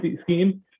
scheme